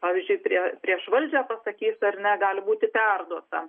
pavyzdžiui prie prieš valdžią pasakys ar ne gali būti perduota